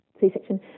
C-section